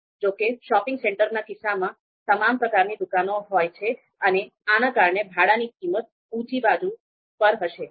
જો કે શોપિંગ સેન્ટરના કિસ્સામાં તમામ પ્રકારની દુકાનો હોય છે અને એના કારણે ભાડાની કિંમત ઉંચી બાજુ પર હશે